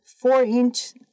four-inch